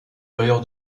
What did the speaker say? bailleur